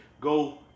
go